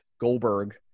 Goldberg